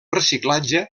reciclatge